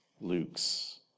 Luke's